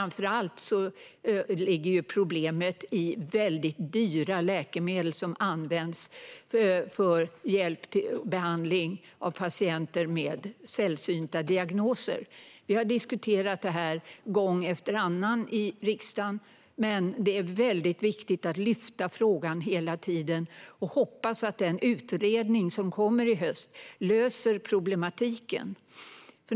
Problemet ligger framför allt i väldigt dyra läkemedel som används för behandling av patienter med sällsynta diagnoser. Vi har diskuterat det här i riksdagen gång efter annan, men det är viktigt att hela tiden lyfta frågan och hoppas att den utredning som kommer i höst löser problematiken.